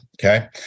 okay